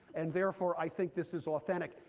and therefore, i think this is authentic,